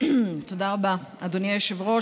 תודה רבה, אדוני היושב-ראש.